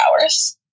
hours